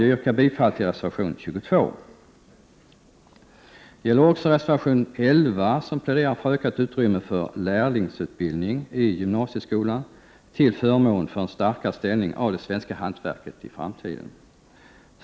Jag yrkar bifall till reservation 22. I reservation 11 pläderar vi för ökat utrymme för lärlingsutbildning i gymnasieskolan till förmån för en starkare ställning i framtiden för det svenska hantverket. Jag yrkar bifall även till denna reservation.